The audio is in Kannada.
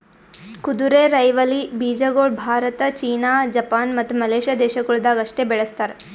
ಕುದುರೆರೈವಲಿ ಬೀಜಗೊಳ್ ಭಾರತ, ಚೀನಾ, ಜಪಾನ್, ಮತ್ತ ಮಲೇಷ್ಯಾ ದೇಶಗೊಳ್ದಾಗ್ ಅಷ್ಟೆ ಬೆಳಸ್ತಾರ್